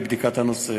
לבדיקת הנושא.